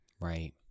right